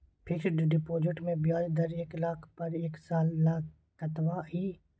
Fixed deposit के ब्याज दर एक लाख पर एक साल ल कतबा इ?